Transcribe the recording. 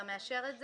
אתה מאשר את זה?